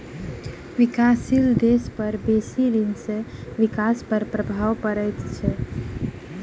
विकासशील देश पर बेसी ऋण सॅ विकास पर प्रभाव पड़ैत अछि